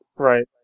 Right